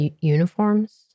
uniforms